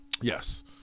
Yes